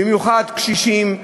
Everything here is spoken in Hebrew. במיוחד קשישים,